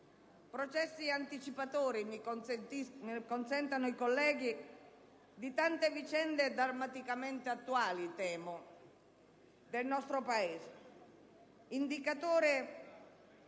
Palermo, anticipatori - mi consentano i colleghi - di tante vicende drammaticamente attuali - temo - del nostro Paese, indicatori